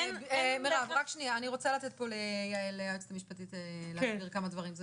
אני רוצה לתת פה ליעל היועצת המשפטית להסביר כמה דברים.